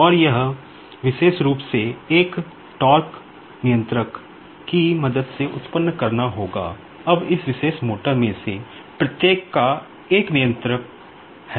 और यह विशेष रूप से एक कंट्रोलर है